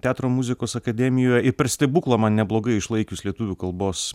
teatro muzikos akademijoj i per stebuklą man neblogai išlaikius lietuvių kalbos